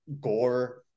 gore